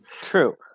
True